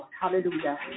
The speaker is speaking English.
Hallelujah